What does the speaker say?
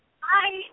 Hi